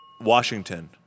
Washington